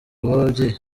w’ababyeyi